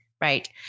Right